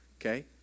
okay